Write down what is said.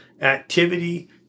activity